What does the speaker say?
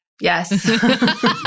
Yes